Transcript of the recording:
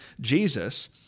Jesus